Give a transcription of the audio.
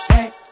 Hey